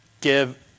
give